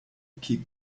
keep